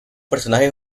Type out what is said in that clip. personaje